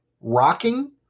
Rocking